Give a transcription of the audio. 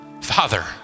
father